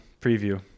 preview